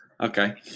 Okay